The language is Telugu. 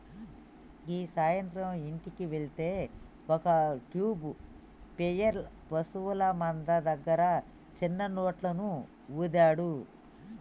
గీ సాయంత్రం ఇంటికి వెళ్తే ఒక ట్యూబ్ ప్లేయర్ పశువుల మంద దగ్గర సిన్న నోట్లను ఊదాడు